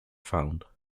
found